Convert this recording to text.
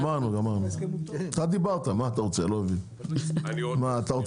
אתה דיברת, אני לא מבין מה אתה רוצה.